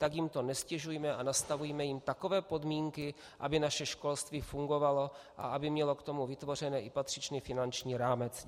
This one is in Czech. Tak jim to neztěžujme a nastavujme jim takové podmínky, aby naše školství fungovalo a aby mělo k tomu vytvořen i patřičný finanční rámec.